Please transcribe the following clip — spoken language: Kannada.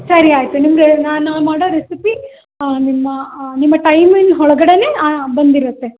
ಸರಿ ಆಯಿತು ನಿಮಗೆ ನಾನು ಮಾಡೋ ರೆಸಿಪಿ ನಿಮ್ಮ ನಿಮ್ಮ ಟೈಮಿನ ಒಳಗಡೆನೇ ಬಂದಿರತ್ತೆ